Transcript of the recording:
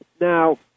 Now